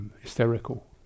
hysterical